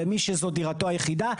למי שזו דירתו היחידה.